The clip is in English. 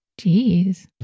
Jeez